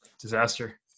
disaster